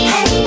Hey